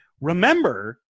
Remember